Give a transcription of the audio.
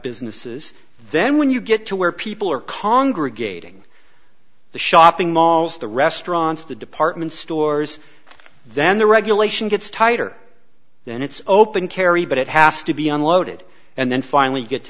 businesses then when you get to where people are congregating the shopping malls the restaurants the department stores then the regulation gets tighter then it's open carry but it has to be unloaded and then finally get to